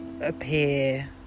appear